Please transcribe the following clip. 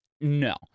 No